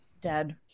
Dead